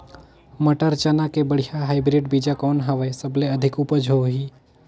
मटर, चना के बढ़िया हाईब्रिड बीजा कौन हवय? सबले अधिक उपज होही?